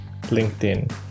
LinkedIn